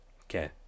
Okay